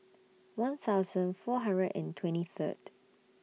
one thousand four hundred and twenty Third